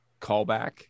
callback